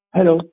Hello